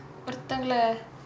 ஒருத்தங்கலே:oruthanggalae